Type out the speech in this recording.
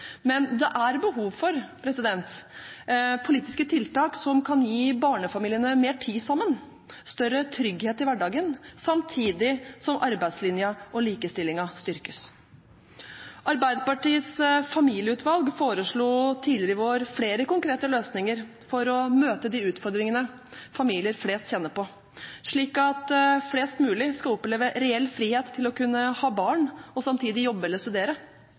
Men det er behov for politiske tiltak som kan gi barnefamiliene mer tid sammen, større trygghet i hverdagen, samtidig som arbeidslinjen og likestillingen styrkes. Arbeiderpartiets familieutvalg foreslo tidligere i vår flere konkrete løsninger for å møte de utfordringene familier flest kjenner på, slik at flest mulig skal oppleve reell frihet til å kunne ha barn og samtidig jobbe eller studere.